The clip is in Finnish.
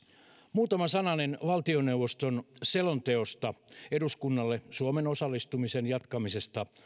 muutama sananen valtioneuvoston selonteosta eduskunnalle suomen osallistumisen jatkamisesta